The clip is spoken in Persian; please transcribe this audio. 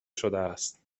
شدهاست